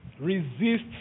resists